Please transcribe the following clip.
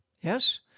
Yes